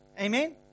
Amen